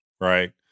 right